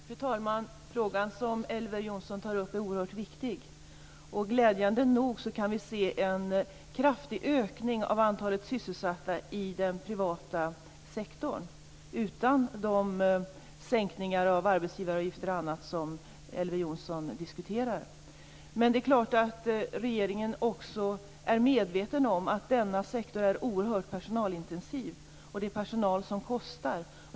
Fru talman! Frågan som Elver Jonsson tar upp är oerhört viktig. Glädjande nog kan vi se en kraftig ökning av antalet sysselsatta i den privata sektorn, utan de sänkningar av arbetsgivaravgifter och annat som Elver Jonsson diskuterar. Men regeringen är självfallet också medveten om att denna sektor är oerhört personalintensiv - och personal kostar.